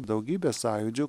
daugybė sąjūdžių